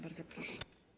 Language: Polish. Bardzo proszę.